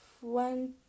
one